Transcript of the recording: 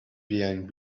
behind